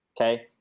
okay